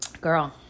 girl